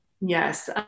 Yes